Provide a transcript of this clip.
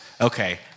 Okay